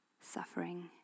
suffering